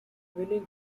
winning